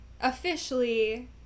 officially